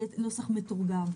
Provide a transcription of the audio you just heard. יהיה נוסח מתורגם.